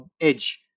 edge